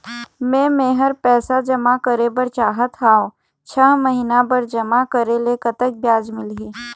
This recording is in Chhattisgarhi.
मे मेहर पैसा जमा करें बर चाहत हाव, छह महिना बर जमा करे ले कतक ब्याज मिलही?